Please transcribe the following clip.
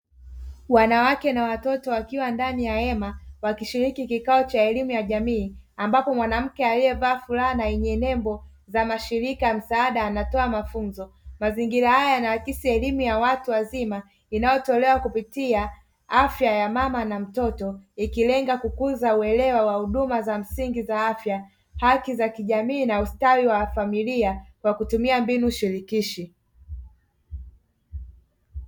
Wanawake na watoto wakiwa ndani ya hema, wakishiriki kikao cha elimu ya jamii, ambapo mwanamke aliyevaa furaha na yenye nembo za mashirika ya msaada anatoa mafunzo; mazingira haya yanawakilisha elimu ya watu wazima inayotolewa kupitia afya ya mama na mtoto, ikilenga kukuza uelewa wa huduma za msingi za afya, haki za kijamii na ustawi wa familia kwa kutumia mbinu shirikishi.